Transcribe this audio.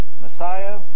Messiah